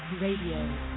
Radio